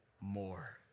more